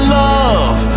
love